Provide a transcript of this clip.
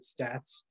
stats